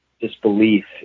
disbelief